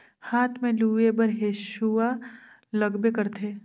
हाथ में लूए बर हेसुवा लगबे करथे